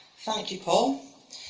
thank you, paul.